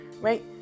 Right